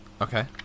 Okay